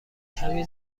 کمی